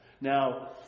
Now